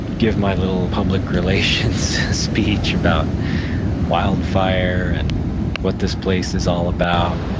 give my little public relations speech about wildfire and what this place is all about.